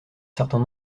certain